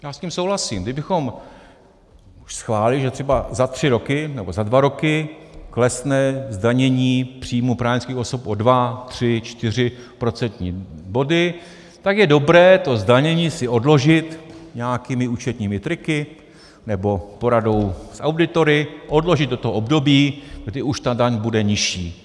Já s tím souhlasím, kdybychom schválili, že třeba za tři roky, nebo za dva roky klesne zdanění příjmů právnických osob o 2, 3, 4 procentní body, tak je dobré to zdanění si odložit nějakými účetními triky nebo poradou s auditory, odložit do toho období, kdy už ta daň bude nižší.